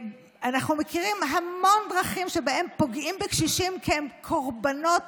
אנחנו מכירים המון דרכים שבהן פוגעים בקשישים כי הם קורבנות